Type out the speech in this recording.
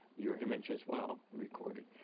your image as well recorded.